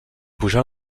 pujar